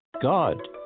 God